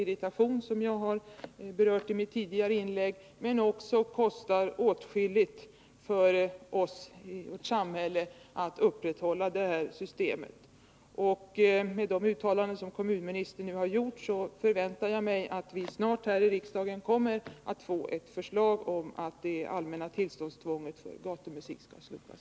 Det väcker — som jag berört i mitt tidigare inlägg — irritation, men det kostar också åtskilligt för vårt samhälle att upprätthålla det här systemet. Efter de uttalanden som kommunministern nu har gjort förväntar jag mig att vi snart här i riksdagen kommer att få ett förslag om att det allmänna tillståndstvånget för gatumusik skall slopas.